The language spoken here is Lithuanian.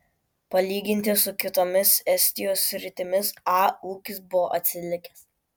palyginti su kitomis estijos sritimis a ūkis buvo atsilikęs